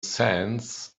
sands